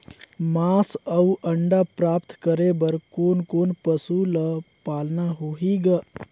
मांस अउ अंडा प्राप्त करे बर कोन कोन पशु ल पालना होही ग?